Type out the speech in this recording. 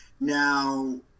Now